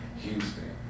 Houston